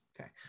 Okay